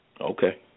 Okay